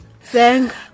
thank